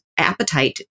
appetite